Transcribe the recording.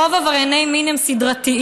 רוב עברייני מין הם סדרתיים,